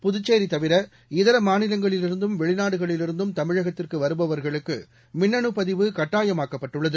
புதுச்சேரிதவிர இதரமாநிலங்களிலிருந்தும் வெளிநாடுகளிலிருந்தும் தமிழகத்திற்குவருபவர்களுக்குமின்னுபதிவு கட்டாயமாக்கப்பட்டுள்ளது